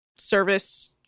service